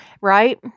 right